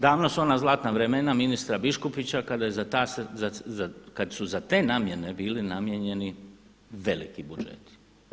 Davno su ona zlatna vremena ministra Biškupića kad su za te namjene bili namijenjeni veliki budžeti.